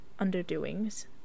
underdoings